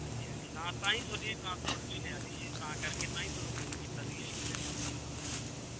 ਹਾਂਜੀ ਹਾਂਜੀ ਤਾਂ ਆਪਾਂ ਜੀ ਤੁਹਾਡੀ ਟਰਾਂਸਪੋਟ 'ਚੋਂ ਹੀ ਲਿਆ ਸੀ ਜੀ ਤਾਂ ਕਰਕੇ ਤਾਂ ਹੀ ਤੁਹਾਨੂੰ ਫੋਨ ਕੀਤਾ ਸੀਗਾ ਜੀ ਕਹਿੰਦੇ ਬੱਸ ਬੁਸ ਵਧੀਆ ਇਹਨਾਂ ਦੀ